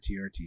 TRT